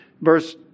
Verse